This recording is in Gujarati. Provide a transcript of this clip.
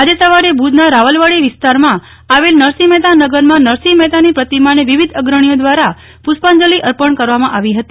આજે સવારે ભુજના રાવલવાડી વિસ્તારમાં આવેલ નરસિંહ મહેતા નગરમાં નરસિંહ મહેતાની પ્રતિમાને વિવિધ અગ્રણીઓ દ્વારા પુષ્પાંજલિ અર્પણ કરવામાં આવી હતી